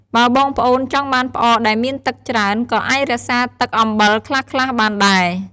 បើបងប្អូនចង់បានផ្អកដែលមានទឹកច្រើន ក៏អាចរក្សាទឹកអំបិលខ្លះៗបានដែរ។